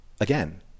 again